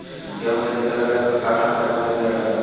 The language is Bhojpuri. गेहूं के खेती करे ला एक काठा में केतना युरीयाँ डाली?